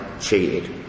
cheated